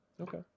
Okay